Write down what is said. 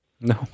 No